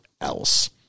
else